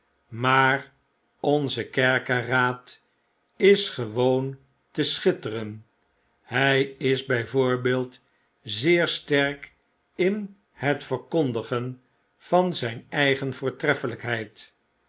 maar onze kerkeraad is gewoon te schitteren hij is bij voorbeeld zeer sterk in het verkondigen van zyn eigen